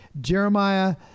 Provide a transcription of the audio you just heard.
Jeremiah